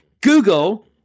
Google